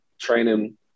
training